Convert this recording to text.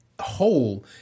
whole